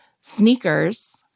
sneakers